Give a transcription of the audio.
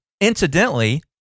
incidentally